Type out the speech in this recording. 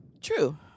True